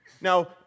Now